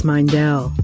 Mindell